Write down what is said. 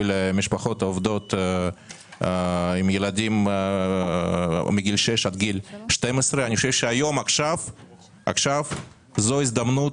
למשפחות עובדות עם ילדים מגיל 6 עד גיל 12. אני חושב שעכשיו זו הזדמנות